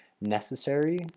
necessary